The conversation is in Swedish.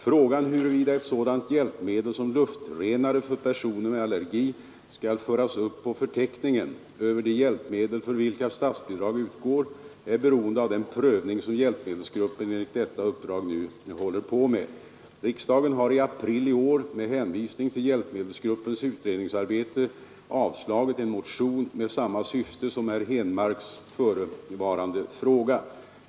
Frågan huruvida ett sådant hjälpmedel som luftrenare för personer med allergi skall föras upp på förteckningen över de hjälpmedel för vilka statsbidrag utgår är beroende av den prövning som hjälpmedelsgruppen enligt detta uppdrag nu håller på med. Riksdagen har i april i år med hänvisning till hjälpmedelsgruppens utredningsarbete avslagit en motion med samma syfte som herr Henmarks förevarande fråga.